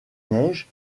neiges